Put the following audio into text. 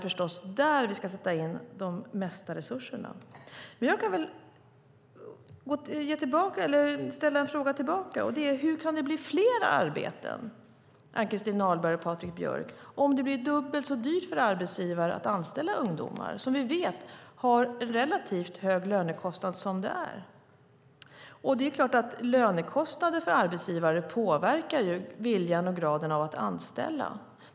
Jag kan ställa en fråga tillbaka. Hur kan det bli fler arbeten - Ann-Christin Ahlberg och Patrik Björck - om det blir dubbelt så dyrt för arbetsgivare att anställa ungdomar, som vi vet har relativt hög lönekostnad som det är? Det är klart att lönekostnader för arbetsgivare påverkar viljan och graden av att anställa.